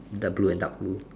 the blue and dark blue